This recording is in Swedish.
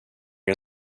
jag